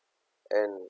and